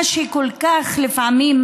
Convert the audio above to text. מה שכל כך מצער לפעמים